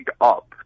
up